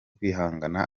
kwihangana